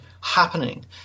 happening